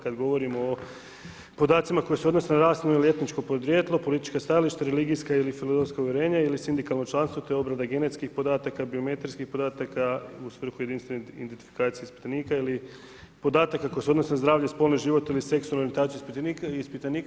Kad govorimo o podacima koji se odnose na rasno ili etničko podrijetlo, političko stajalište, religijska ili filozofska uvjerenja ili sindikalno članstvo te obrada genetskih podataka, biometrijskih podataka u svrhu jedinstvenih identifikacije ispitanika ili podataka koje se odnose na zdravlje, spolni život ili seksualnu orijentaciju ispitanika.